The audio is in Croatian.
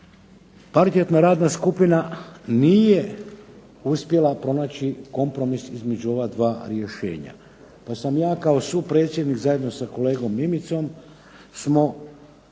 Kvalitetna radna skupina nije uspjela pronaći kompromis između ova dva rješenja pa sam ja kao supredsjednik zajedno sa kolegom Mimicom smo